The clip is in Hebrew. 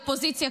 אופוזיציה,